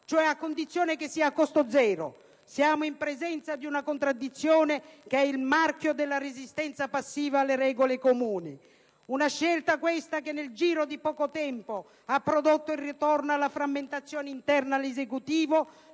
cioè a condizione che sia a costo zero! Siamo in presenza di una contraddizione che ha il marchio della resistenza passiva alle regole comuni. Una scelta questa che nel giro di poco tempo ha prodotto il ritorno alla frammentazione interna all'Esecutivo,